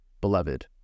beloved